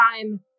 time